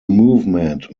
movement